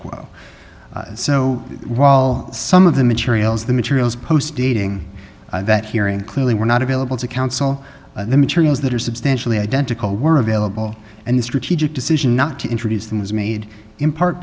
quo so while some of the materials the materials post dating that hearing clearly were not available to counsel the materials that are substantially identical were available and the strategic decision not to introduce them was made in part